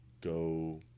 Go